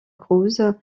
cruz